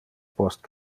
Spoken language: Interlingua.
post